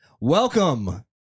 Welcome